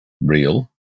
real